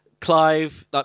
Clive